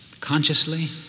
consciously